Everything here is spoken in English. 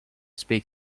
speak